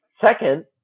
Second